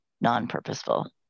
non-purposeful